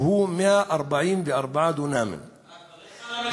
שהוא 144 דונמים, אה, כבר אין חרם א-שריף?